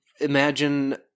imagine